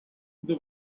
the